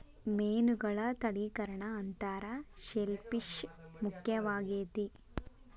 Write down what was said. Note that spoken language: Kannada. ಮೇನುಗಳ ತಳಿಕರಣಾ ಅಂತಾರ ಶೆಲ್ ಪಿಶ್ ಮುಖ್ಯವಾಗೆತಿ